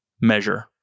measure